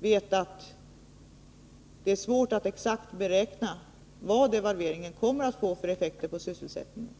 vet att det är svårt att exakt beräkna vilka effekter devalveringen kommer att få på sysselsättningen.